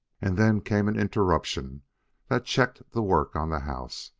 and then came an interruption that checked the work on the house,